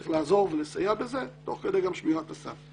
צריך לעזור ולסייע בזה, תוך כדי שמירת הסף.